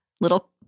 little